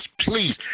Please